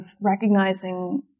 recognizing